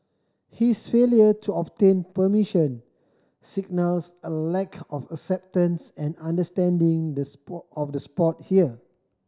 his failure to obtain permission signals a lack of acceptance and understanding the of the sport here